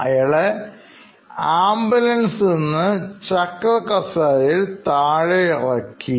അയാളെ ആംബുലൻസിൽ നിന്ന് ചക്ര കസേരയിൽ താഴെയിറക്കി